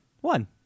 One